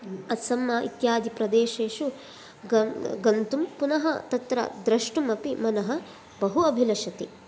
अस्सम् इत्यादि प्रदेशेषु गन् गन्तुं पुनः तत्र द्रष्टुमपि मनः बहु अभिलषति